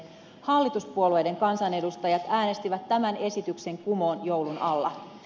hallituspuolueiden kansanedustajat äänestivät tämän esityksen kumoon joulun alla